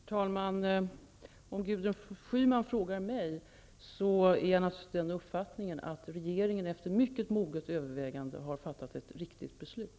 Herr talman! Om Gudrun Schyman frågar mig, är jag naturligtvis av den uppfattningen att regeringen efter mycket moget övervägande har fattat ett riktigt beslut.